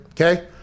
okay